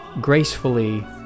gracefully